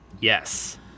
yes